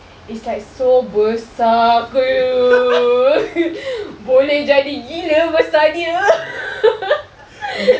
it's like so besar !aiyoyo! boleh jadi gila besar dia